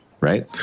right